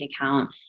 account